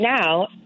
now